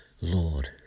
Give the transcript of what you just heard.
Lord